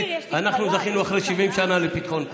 אנחנו זכינו אחרי 70 שנה לפתחון פה.